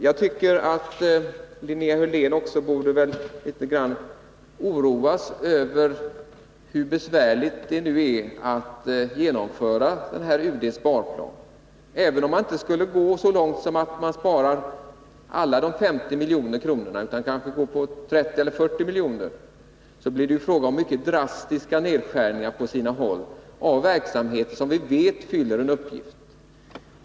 Jag tycker att Linnea Hörlén också litet grand borde oroas över hur besvärligt det nu är att genomföra UD:s sparplan. Även om man inte skulle gå så långt att man spar alla de 50 milj.kr. det här gäller utan kanske kan spara 30 eller 40 milj.kr., blir det fråga om mycket drastiska nedskärningar på sina håll av en verksamhet som vi vet fyller en uppgift.